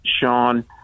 Sean